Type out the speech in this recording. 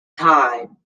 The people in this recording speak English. time